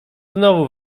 znowu